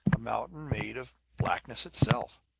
a mountain made of blackness itself.